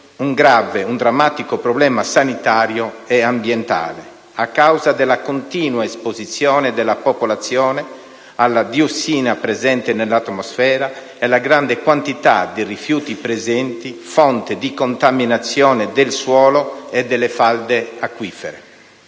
un grave e drammatico problema sanitario e ambientale, a causa della continua esposizione della popolazione alla diossina presente nell'atmosfera e alla grande quantità di rifiuti presenti, fonte di contaminazione del suolo e delle falde acquifere.